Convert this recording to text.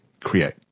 create